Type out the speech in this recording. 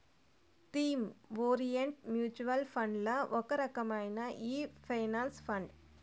theme orient mutual ఫండ్లల్ల ఒక రకమే ఈ పెన్సన్ ఫండు